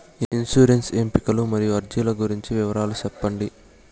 insurance ఎంపికలు మరియు అర్జీల గురించి వివరాలు సెప్పండి